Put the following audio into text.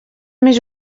més